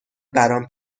برام